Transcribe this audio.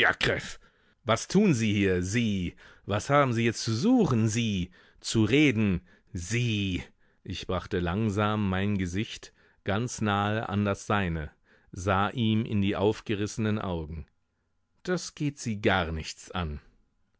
was tun sie hier sie was haben sie hier zu suchen sie zu reden sie ich brachte langsam mein gesicht ganz nahe an das seine sah ihm in die aufgerissenen augen das geht sie gar nichts an